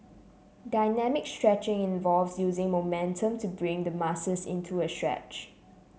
dynamic stretching involves using momentum to bring the muscles into a stretch